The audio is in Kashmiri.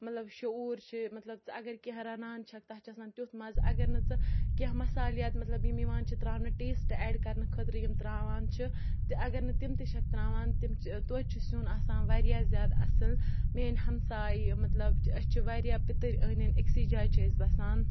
مطلب شعوٗر چھِ مطلب ژٕ اگر کیںٛہہ رَنان چھَکھ تَتھ چھِ آسان تیُتھ مَزٕ اگر نہٕ ژٕ کینٛہہ مصالیات مطلب یِم یِوان چھِ ترٛاونہٕ ٹیسٹ اٮ۪ڈ کرنہٕ خٲطرٕ یِم ترٛاوان چھِ تہِ اگر نہٕ تِم تہِ چھَکھ ترٛاوان تِم چھِ تویتہِ چھِ سیُن آسان واریاہ زیادٕ اَصٕل میٛٲنۍ ہمساے مطلب أسۍ چھِ واریاہ پِتٕرۍ أنٛدۍ أنٛدۍ أکۍسٕے جایہِ چھِ أسۍ بَسان